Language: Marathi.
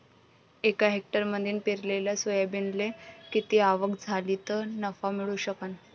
एका हेक्टरमंदी पेरलेल्या सोयाबीनले किती आवक झाली तं नफा मिळू शकन?